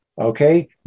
okay